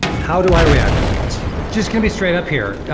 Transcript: how do i react to all this? just gonna be straight up here.